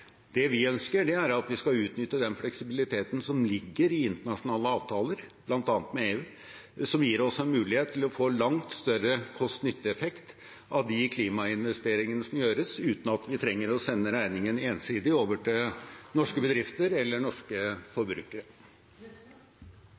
Det vi ønsker, er at vi skal utnytte den fleksibiliteten som ligger i internasjonale avtaler, bl.a. med EU, som gir oss en mulighet til å få langt større kost-nytte-effekt av de klimainvesteringene som gjøres, uten at vi trenger å sende regningen ensidig over til norske bedrifter eller norske